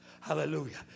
Hallelujah